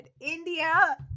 India